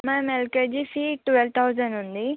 ma'am LKG seat twelve thousand ఉంది